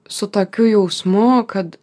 su tokiu jausmu kad